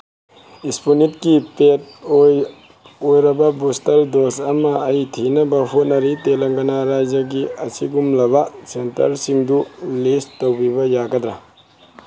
ꯏꯁꯄꯨꯠꯅꯤꯠꯀꯤ ꯄꯦꯠ ꯑꯣꯏꯔꯕ booster dose ꯑꯃ ꯑꯩ ꯊꯤꯅꯕ ꯍꯣꯠꯅꯔꯤ ꯇꯦꯂꯪꯒꯅꯥ ꯔꯥꯖ꯭ꯌꯥꯒꯤ ꯑꯁꯤꯒꯨꯝꯂꯕ ꯁꯦꯟꯇꯔꯁꯤꯡꯗꯨ ꯂꯤꯁ ꯇꯧꯕꯤꯕ ꯌꯥꯒꯗ꯭ꯔꯥ